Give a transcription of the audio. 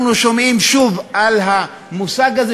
אנחנו שומעים שוב על המושג הזה,